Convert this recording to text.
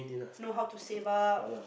know how to save up